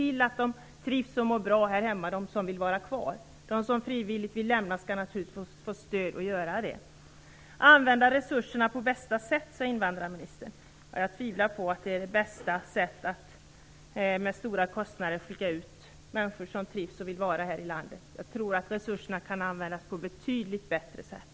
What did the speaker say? Se till att de som vill vara kvar hos oss trivs och mår bra! De som frivilligt vill lämna landet skall naturligtvis få stöd för att göra det. Invandrarministern talade vidare om att använda resurserna på bästa sätt. Jag tvivlar på att det bästa sättet är att till stora kostnader skicka ut människor som trivs här och vill vara kvar i landet. Jag tror att resurserna kan användas på ett betydligt bättre sätt.